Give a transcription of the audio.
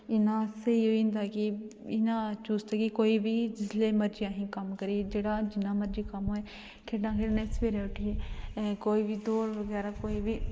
इन्ना स्हेई होई जंदा कि इ'यां चुस्त कि कोई बी जिसलै मर्जी असेंगी कम्म करियै जेह्ड़ा जिन्ना मर्जी कम्म होए खेढां खेढने सवेरे उट्ठियै कोई बी दौड़ बगैरा कोई बी